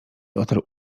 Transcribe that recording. otarł